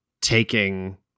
taking